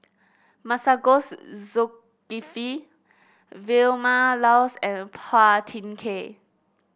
Masagos Zulkifli Vilma Laus and Phua Thin Kiay